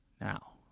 Now